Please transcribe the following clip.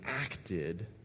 acted